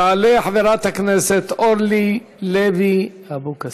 תעלה חברת הכנסת אורלי לוי אבקסיס.